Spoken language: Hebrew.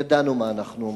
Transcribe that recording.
ידענו מה אנחנו אומרים.